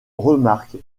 remarque